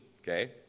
okay